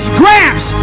grants